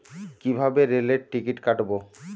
কিভাবে রেলের টিকিট কাটব?